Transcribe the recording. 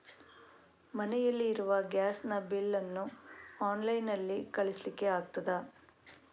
ಮನೆಯಲ್ಲಿ ಇರುವ ಗ್ಯಾಸ್ ನ ಬಿಲ್ ನ್ನು ಆನ್ಲೈನ್ ನಲ್ಲಿ ಕಳಿಸ್ಲಿಕ್ಕೆ ಆಗ್ತದಾ?